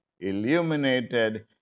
illuminated